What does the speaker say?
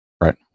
Right